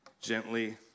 gently